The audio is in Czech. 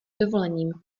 dovolením